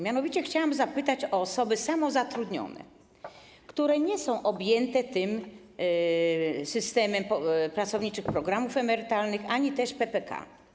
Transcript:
Mianowicie chciałam zapytać o osoby samozatrudnione, które nie są objęte systemem pracowniczych programów emerytalnych ani też PPK.